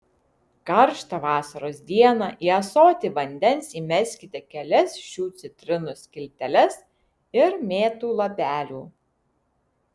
karštą vasaros dieną į ąsotį vandens įmeskite kelias šių citrinų skilteles ir mėtų lapelių